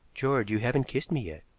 george, you haven't kissed me yet.